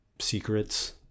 secrets